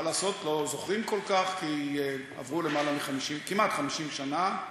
מה לעשות, לא זוכרים כל כך, כי עברו כמעט 50 שנה.